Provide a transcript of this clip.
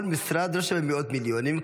כל משרד לא שווה מאות מיליונים,